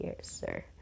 sir